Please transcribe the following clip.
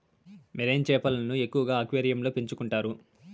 marine చేపలను ఎక్కువగా అక్వేరియంలలో పెంచుకుంటారు